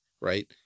right